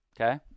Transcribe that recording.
Okay